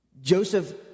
Joseph